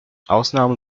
ausnahmen